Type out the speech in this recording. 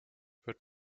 wird